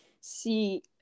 see